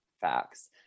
Facts